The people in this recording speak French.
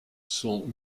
sont